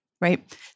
right